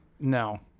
No